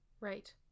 right